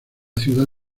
ciudad